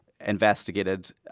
investigated